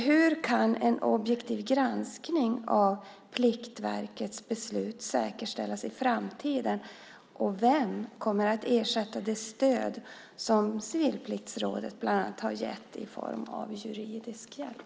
Hur kan en objektiv granskning av Pliktverkets beslut säkerställas i framtiden? Vem kommer att ersätta det stöd som bland annat Civilpliktsrådet gett i form av juridisk hjälp?